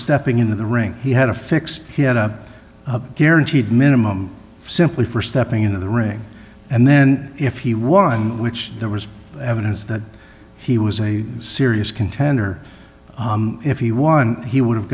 stepping into the ring he had a fix he had a guaranteed minimum simply for stepping into the ring and then if he won which there was evidence that he was a serious contender if he won he would